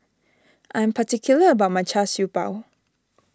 I am particular about my Char Siew Bao